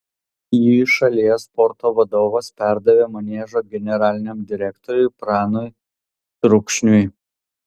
jį šalies sporto vadovas perdavė maniežo generaliniam direktoriui pranui trukšniui